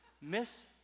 Miss